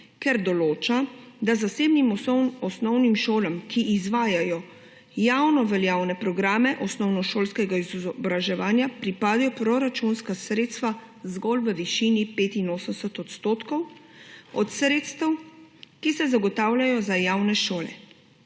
ker določa, da zasebnim osnovnim šolam, ki izvajajo javnoveljavne programe osnovnošolskega izobraževanja, pripadajo proračunska sredstva zgolj v višini 85 odstotkov od sredstev, ki se zagotavljajo za javne šole.